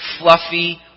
fluffy